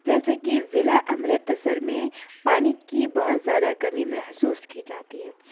جیسے کہ ضلع امرتسر میں پانی کی بہت زیادہ کمی محسوس کی جاتی ہے